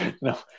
No